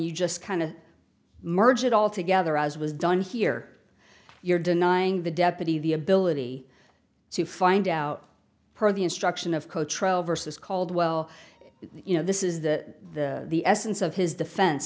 you just kind of merge it all together as was done here you're denying the deputy the ability to find out the instruction of coach traverses caldwell you know this is that the essence of his defense